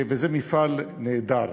וזה מפעל נהדר.